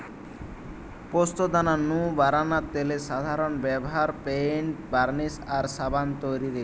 পোস্তদানা নু বারানা তেলের সাধারন ব্যভার পেইন্ট, বার্নিশ আর সাবান তৈরিরে